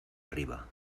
arriba